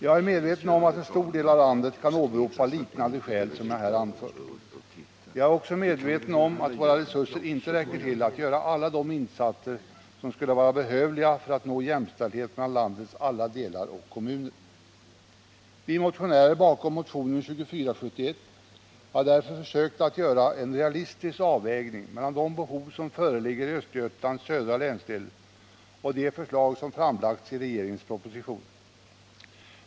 Jag är medveten om att en stor del av landet kan åberopa liknande skäl som dem jag här anfört. Jag är också medveten om att våra resurser inte räcker till att göra alla de insatser som kunde vara behövliga för att nå jämställdhet mellan landets alla delar och kommuner. Vi motionärer bakom motionen 2471 har därför försökt att göra en realistisk avvägning mellan de behov som föreligger i Östergötlands södra länsdel och de förslag som framlagts i regeringens proposition.